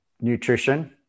nutrition